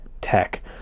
Tech